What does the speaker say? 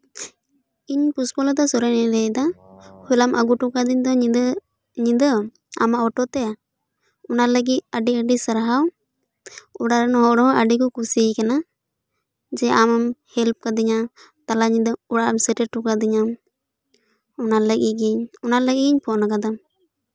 ᱤᱧ ᱯᱩᱥᱯᱚᱞᱚᱛᱟ ᱥᱚᱨᱮᱱᱤᱧ ᱞᱟᱹᱭᱫᱟ ᱦᱚᱞᱟᱢ ᱟᱹᱜᱩ ᱦᱚᱴᱚ ᱠᱟᱹᱫᱤᱧ ᱫᱚ ᱧᱤᱫᱟᱹ ᱟᱢᱟᱜ ᱚᱴᱳ ᱛᱮ ᱚᱱᱟ ᱞᱟᱹᱜᱤᱫ ᱟᱹᱰᱤᱼᱟᱹᱰᱤ ᱥᱟᱨᱦᱟᱣ ᱚᱲᱟᱜ ᱨᱮᱱ ᱦᱚᱲ ᱦᱚᱸ ᱟᱹᱰᱤ ᱠᱚ ᱠᱩᱥᱤᱭᱟᱠᱟᱱᱟ ᱡᱮ ᱟᱢ ᱦᱮᱞᱯ ᱠᱟᱹᱫᱤᱧᱟ ᱛᱟᱞᱟ ᱧᱤᱫᱟᱹ ᱚᱲᱟᱜ ᱮᱢ ᱥᱮᱴᱮᱨ ᱦᱚᱴᱚ ᱠᱟᱹᱫᱤᱧᱟ ᱚᱱᱟ ᱞᱟᱹᱜᱤᱫ ᱜᱤ ᱚᱱᱟ ᱞᱟᱹᱜᱤᱫ ᱜᱤᱧ ᱯᱷᱳᱱ ᱟᱠᱟᱫᱟ